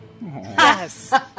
Yes